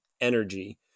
energy